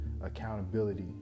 accountability